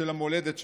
של המולדת שלו.